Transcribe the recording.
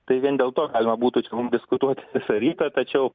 tai vien dėl to galima būtų diskutuot visą rytą tačiau